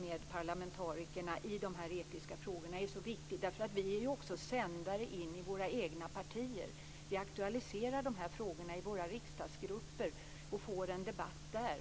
med parlamentarikerna i de etiska frågorna är viktig. Vi är ju också sändare in i våra egna partier. Vi aktualiserar frågorna i våra riksdagsgrupper och skapar en debatt där.